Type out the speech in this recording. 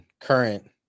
current